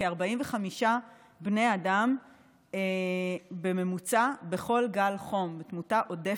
כ-45 בני אדם בממוצע בכל גל חום תמותה עודפת.